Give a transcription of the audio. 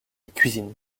cuisine